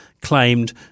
claimed